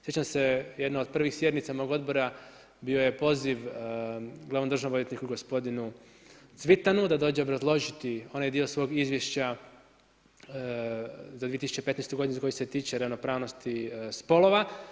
Sjećam se jedne od prvih sjednica mog Odbora bio je poziv glavnom državnom odvjetniku gospodinu Cvitanu da dođe obrazložiti onaj dio svog izvješća za 2015. godinu koji se tiče ravnopravnosti spolova.